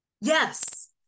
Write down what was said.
Yes